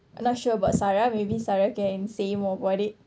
I'm not sure about sarah maybe sorry again say more about it